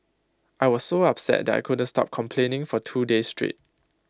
I was so upset that I couldn't stop complaining for two days straight